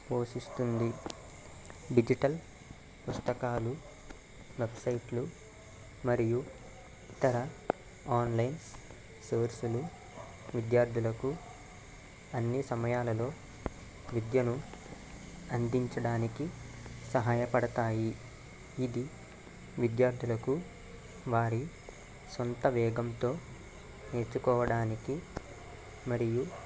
పోషిస్తుంది డిజిటల్ పుస్తకాలు వెబ్సైట్లు మరియు ఇతర ఆన్లైన్ సోర్సులు విద్యార్థులకు అన్ని సమయాలలో విద్యను అందించడానికి సహాయపడతాయి ఇది విద్యార్థులకు వారి సొంత వేగంతో నేర్చుకోవడానికి మరియు